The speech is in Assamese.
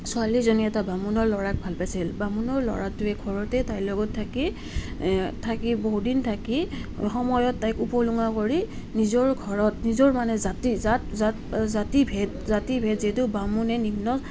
ছোৱালীজনীয়ে এটা বামুণৰ ল'ৰাক ভাল পাইছিল বামুণৰ ল'ৰাটোৱে ঘৰতে তাইৰ লগত থাকি থাকি বহু দিন থাকি সময়ত তাইক উপলুঙা কৰি নিজৰ ঘৰত নিজৰ মানে জাতিৰ জাত জাত জাতিভেদ জাতিভেদ যিহেতু বামুণে নিম্ন